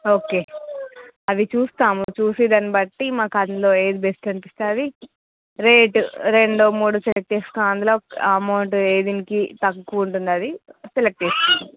okay అవి చూస్తాము చూసి దాన్ని బట్టి మాకు అందులో ఏది బెస్ట్ అనిపిస్తే అది రేట్ రెండో మూడో సెలెక్ట్ చేసుకొని అందులో అమౌంట్ ఏ దీనికి తక్కువ ఉంటుందా అది సెలెక్ట్ చేసుకుంటాం